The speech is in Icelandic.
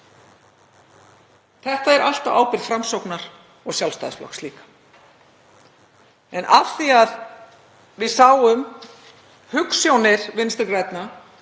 Þetta er allt á ábyrgð Framsóknar og Sjálfstæðisflokks líka. En af því að við sáum hugsjónir Vinstri grænna,